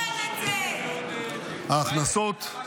אולי זו כתבה שהתפרסמה ב"בילד".